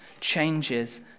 changes